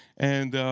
and